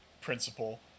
principle